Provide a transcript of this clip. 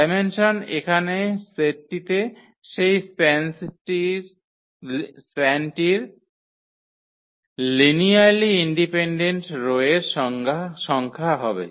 dimension এখানে সেটটিতে সেই স্প্যানটির লিনিয়ারলি ইন্ডিপেন্ডেন্ট রো এর সংখ্যা হবে